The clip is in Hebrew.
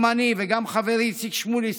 גם אני וגם חברי איציק שמולי,